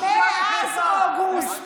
בושה וחרפה.